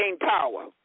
power